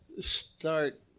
start